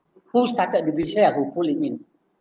who started the business ah who pull him in